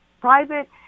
private